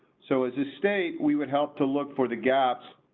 so, as a state, we would help to look for the gaps.